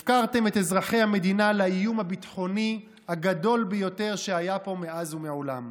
הפקרתם את אזרחי המדינה לאיום הביטחוני הגדול ביותר שהיה פה מאז ומעולם.